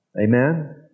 Amen